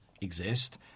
exist